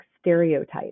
stereotypes